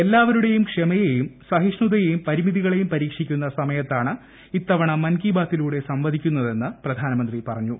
എല്ലാവരുടെയും ക്ഷമയെയും സഹിഷ്ണുതയെയും പരിമിതികളെയും പരീക്ഷിക്കുന്ന സമയത്താണ് ഇത്തവണ മൻ കി ബാത്തിലൂടെ സംവദിക്കുന്നതെന്ന് പ്രധാനമന്ത്രി പറഞ്ഞു